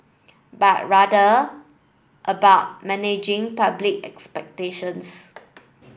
but rather about managing public expectations